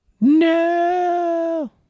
No